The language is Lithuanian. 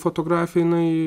fotografija jinai